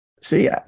See